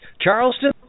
Charleston